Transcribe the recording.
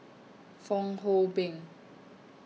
Fong Hoe Beng